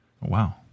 Wow